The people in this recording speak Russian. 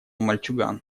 мальчуган